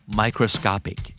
microscopic